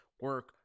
Work